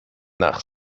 nach